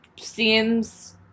seems